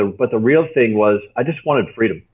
and but the real thing was i just wanted freedom.